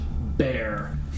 bear